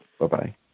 Bye-bye